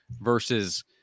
versus –